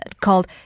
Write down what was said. called